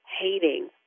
hating